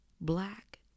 black